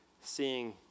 seeing